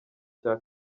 cya